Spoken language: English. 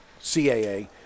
CAA